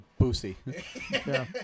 Boosie